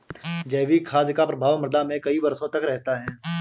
जैविक खाद का प्रभाव मृदा में कई वर्षों तक रहता है